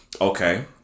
Okay